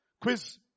quiz